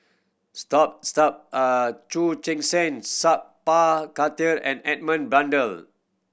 Chu Chen Seng Sat Pal Khattar and Edmund Blundell